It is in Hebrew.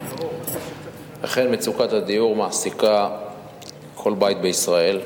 אכן מצוקת הדיור מעסיקה כל בית בישראל,